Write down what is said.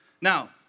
Now